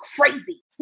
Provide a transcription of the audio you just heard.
crazy